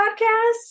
podcast